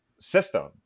system